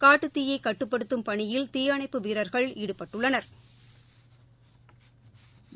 காட்டுத்தீயைகட்டுப்படுத்தும் பணியில் தீயணைப்பு வீரா்கள் ஈடுபட்டுள்ளனா்